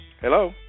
Hello